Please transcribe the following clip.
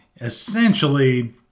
Essentially